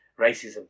racism